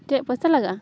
ᱪᱮᱫ ᱯᱚᱭᱥᱟ ᱞᱟᱜᱟᱜᱼᱟ